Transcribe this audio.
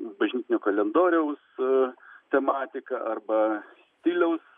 bažnytinio kalendoriaus tematika arba stiliaus